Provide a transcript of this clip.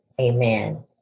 Amen